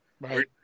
Right